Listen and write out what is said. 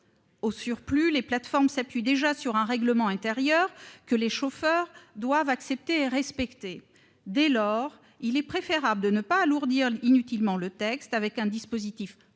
Au surplus, les plateformes s'appuient déjà sur un règlement intérieur que les chauffeurs doivent accepter et respecter. Dès lors, il est préférable de ne pas alourdir inutilement le texte avec un dispositif